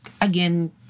again